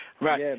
Right